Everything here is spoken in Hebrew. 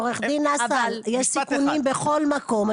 עורך דין אסל יש סיכונים בכל מקום,